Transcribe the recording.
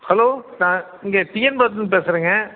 hello நான் இங்கே T N பாளையத்திலேருந்து பேசுகிறேங்க